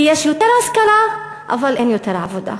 כי יש יותר השכלה אבל אין יותר עבודה.